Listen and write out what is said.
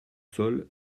seuls